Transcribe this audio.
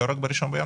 לא רק ב-1 בינואר?